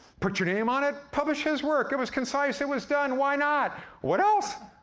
put your name on it, publish his work. it was concise, it was done why not? what else?